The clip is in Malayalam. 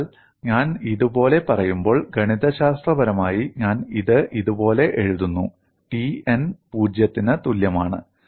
അതിനാൽ ഞാൻ ഇതുപോലെ പറയുമ്പോൾ ഗണിതശാസ്ത്രപരമായി ഞാൻ ഇത് ഇതുപോലെ എഴുതുന്നു T n പൂജ്യത്തിന് തുല്യമാണ്